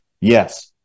Yes